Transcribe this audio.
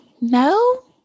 No